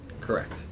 Correct